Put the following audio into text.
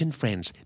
friends